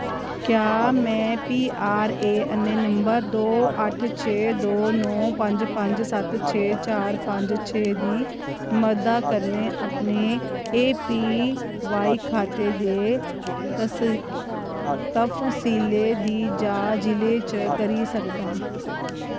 क्या में PRAN number दो अट्ठ छे दो नौ पंज पंज सत्त छे चार पंज छे दी मददा कन्नै अपने एपीवाई खाते दे तफसीलें दी जां जिले च करी सकनां